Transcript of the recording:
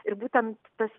ir būtent tas